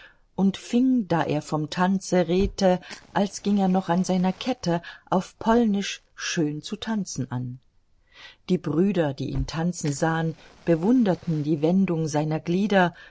und fing da er vom tanzen redte als ging er noch an seiner kette auf polnisch schön zu tanzen an die brüder die ihn tanzen sahn bewunderten die wendung seiner glieder